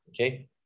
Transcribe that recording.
okay